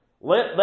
Let